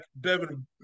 Devin